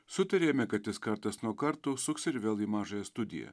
sutarėme kad jis kartas nuo karto užsuks ir vėl į mažąją studiją